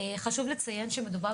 חשוב לציין שמדובר